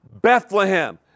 Bethlehem